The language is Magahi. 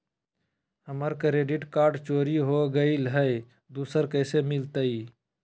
हमर क्रेडिट कार्ड चोरी हो गेलय हई, दुसर कैसे मिलतई?